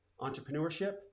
entrepreneurship